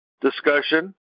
discussion